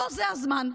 לא זה הזמן.